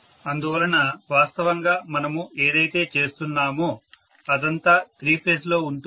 అందువలన వాస్తవంగా మనము ఏదైతే చేస్తున్నామో అదంతా త్రీఫేజ్ లో ఉంటుంది